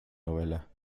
novela